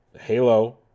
Halo